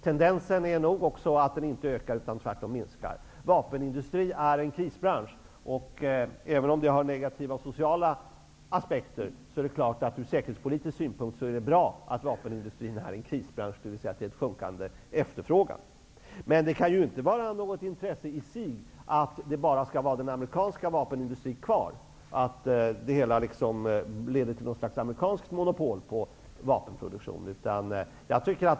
Tendensen är nog också att den inte ökar utan tvärtom minskar. Vapenindustrin är en krisbransch. Även om det har funnits sociala aspekter är det ur säkerhetspolitisk synpunkt bra att vapenindustrin är en krisbransch, dvs. att efterfrågan sjunker. Det kan emellertid inte vara något intresse i sig att bara den amerikanska vapenindustrin skall vara kvar och att det skall bli ett slags amerikanskt monopol på vapenproduktionen.